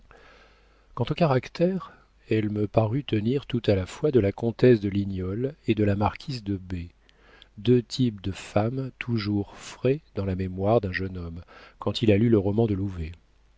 quant au caractère elle me parut tenir tout à la fois de la comtesse de lignolles et de la marquise de b deux types de femme toujours frais dans la mémoire d'un jeune homme quand il a lu le roman de louvet